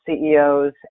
CEOs